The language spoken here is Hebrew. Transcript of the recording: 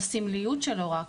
בסמליות שלו רק,